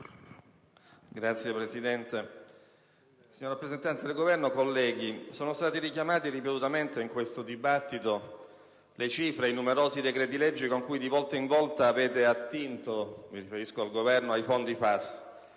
Signor Presidente, signor rappresentante del Governo, colleghi, sono state richiamate ripetutamente in questo dibattito le cifre e i numerosi decreti legge con cui di volta in volta avete attinto - mi riferisco al Governo - ai fondi FAS